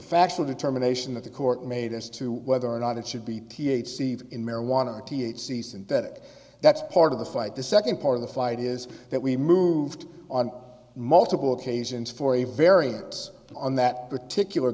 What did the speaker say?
factual determination that the court made as to whether or not it should be t h c in marijuana or t h c synthetic that's part of the fight the second part of the fight is that we moved on multiple occasions for a variance on that particular